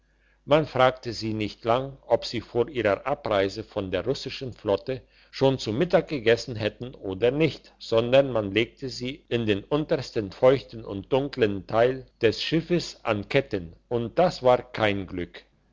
man fragte sie nicht lange ob sie vor ihrer abreise von der russischen flotte schon zu mittag gegessen hätten oder nicht sondern man legte sie in den untersten feuchten und dunkeln teil des schiffes an ketten und das war kein glück